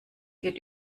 geht